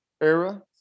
era